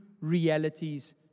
realities